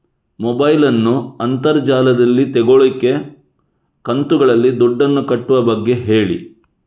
mobile ನ್ನು ಅಂತರ್ ಜಾಲದಲ್ಲಿ ತೆಗೋಲಿಕ್ಕೆ ಕಂತುಗಳಲ್ಲಿ ದುಡ್ಡನ್ನು ಕಟ್ಟುವ ಬಗ್ಗೆ ಹೇಳಿ